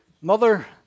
Mother